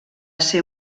ser